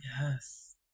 Yes